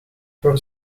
voor